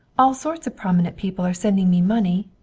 all sorts of prominent people are sending me money.